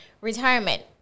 retirement